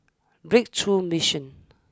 Breakthrough Mission